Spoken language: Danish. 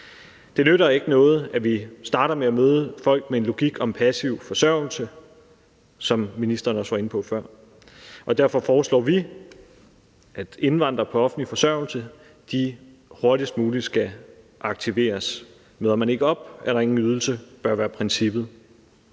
Det nytter ikke noget, at man starter med at møde folk med en logik om passiv forsørgelse, som ministeren også var inde på før, og derfor foreslår vi, at indvandrere på offentlig forsørgelse hurtigst muligt skal aktiveres. Møder man ikke op, er der ingen ydelse. Det bør være princippet